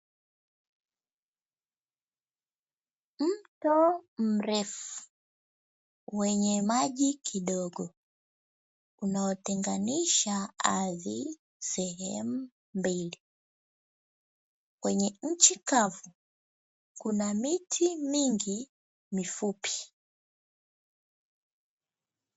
Mto mrefu wenye maji kidogo, unaotenganisha ardhi sehemu mbili. Kwenye nchi kavu, kuna miti mingi mifupi.